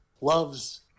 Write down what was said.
loves